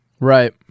Right